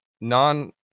non